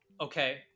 Okay